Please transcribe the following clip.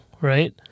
right